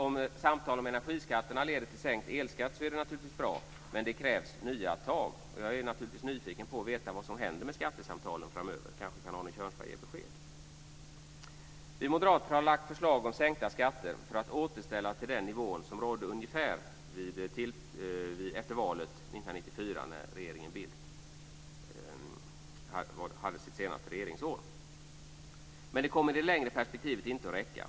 Om samtalen om energiskatterna leder till sänkt elskatt är det naturligtvis bra, men det krävs nya tag. Jag är naturligtvis nyfiken på att få veta vad som händer med skattesamtalen framöver. Kanske kan Arne Kjörnsberg ge besked. Vi moderater har lagt fram förslag om sänkta skatter för att återställa till ungefär den nivå som rådde efter valet 1994 och regeringen Bildts senaste regeringsår. Men det kommer i det längre perspektivet inte att räcka.